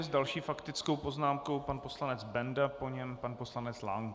S další faktickou poznámkou pan poslanec Benda, po něm pan poslanec Lank.